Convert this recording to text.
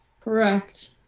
Correct